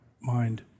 mind